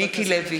מיקי לוי.